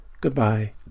Goodbye